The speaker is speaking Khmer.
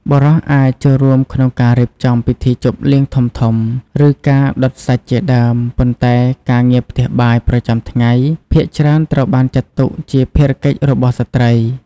បុរសអាចចូលរួមក្នុងការរៀបចំពិធីជប់លៀងធំៗ ឬការដុតសាច់ជាដើម ប៉ុន្តែការងារផ្ទះបាយប្រចាំថ្ងៃ ភាគច្រើនត្រូវបានចាត់ទុកជាភារកិច្ចរបស់ស្ត្រី។